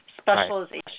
specialization